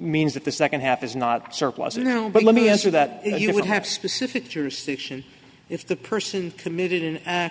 means that the second half is not surplus now but let me answer that you would have specific jurisdiction if the person committed an a